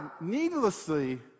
needlessly